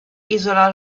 isola